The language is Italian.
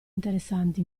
interessanti